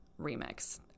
remix